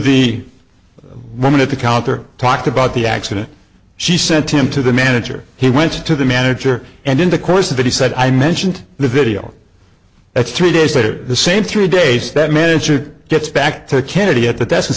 the women at the counter talked about the accident she sent him to the manager he went to the manager and in the course of that he said i mentioned the video that's three days later the same three days that manager gets back to kennedy at the desk and